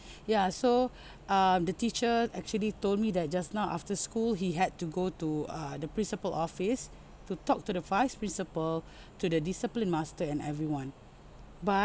ya so um the teacher actually told me that just now after school he had to go to uh the principal office to talk to the vice principal to the discipline master and everyone but